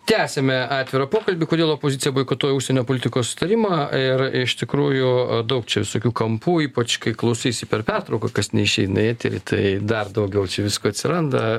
tęsiame atvirą pokalbį kodėl opozicija boikotuoja užsienio politikos sutarimą ir iš tikrųjų daug čia visokių kampų ypač kai klausaisi per pertrauką kas neišeina į eterį tai dar daugiau čia visko atsiranda